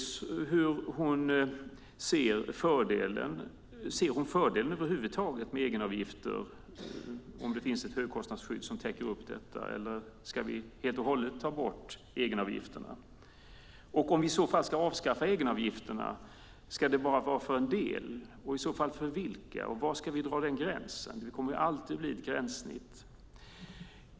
Ser hon över huvud taget fördelen med egenavgifter om det finns ett högkostnadsskydd som täcker upp detta, eller ska vi helt och hållet ta bort egenavgifterna? Om vi ska avskaffa egenavgifterna, ska det bara vara för en del och i så fall för vilka, och var ska vi dra den gränsen? Det kommer alltid att bli ett gränssnitt.